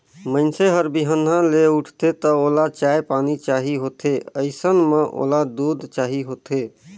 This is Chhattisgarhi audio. मइनसे हर बिहनहा ले उठथे त ओला चाय पानी चाही होथे अइसन म ओला दूद चाही होथे